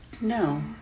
no